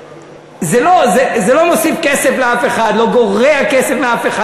זה לא מוסיף כסף לאף אחד, לא גורע כסף מאף אחד.